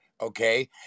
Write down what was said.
okay